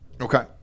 okay